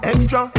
Extra